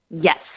Yes